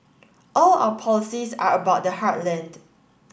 all our policies are about the heartland